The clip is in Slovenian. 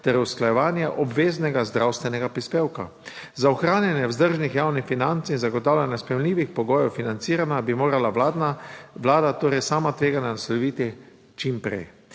ter usklajevanje obveznega zdravstvenega prispevka za ohranjanje vzdržnih javnih financ in zagotavljanje sprejemljivih pogojev financiranja bi morala vladna vlada torej sama tveganja nasloviti čim prej.